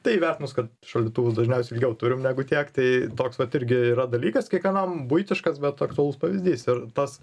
tai įvertinus kad šaldytuvus dažniausiai ilgiau turim negu tiek tai toks vat irgi yra dalykas kiekvienam buitiškas bet aktualus pavyzdys ir tas